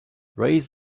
raise